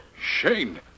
Shane